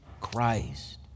Christ